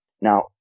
Now